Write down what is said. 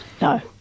No